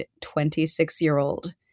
26-year-old